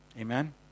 Amen